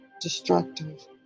destructive